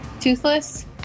Toothless